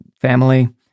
family